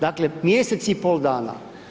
Dakle, mjesec i pol dana.